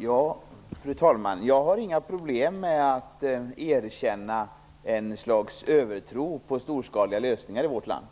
Fru talman! Jag har inga problem med att konstatera ett slags övertro på storskaliga lösningar i vårt land.